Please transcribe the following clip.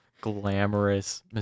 glamorous